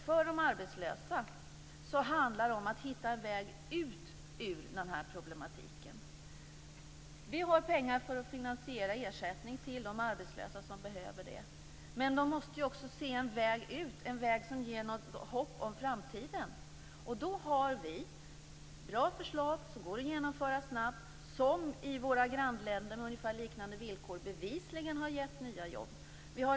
För de arbetslösa handlar det om att hitta en väg ut ur problematiken. Vi har pengar för att finansiera ersättning till de arbetslösa som behöver det. Men de måste också se en väg ut, som ger hopp om framtiden. Vi har bra förslag som går att genomföra snabbt, som i våra grannländer med ungefär liknande villkor bevisligen har gett nya jobb.